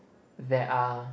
there are